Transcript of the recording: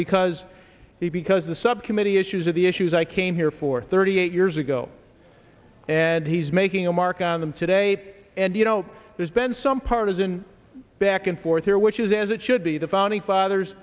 because he because the subcommittee issues are the issues i came here for thirty eight years ago and he's making a mark on them today and you know there's been some partisan back and forth here which is as it should be the founding fathers